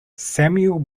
samuel